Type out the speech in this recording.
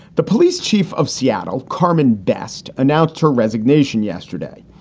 the police chief of seattle, carmen, best announced her resignation yesterday,